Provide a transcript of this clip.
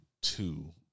two